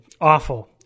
awful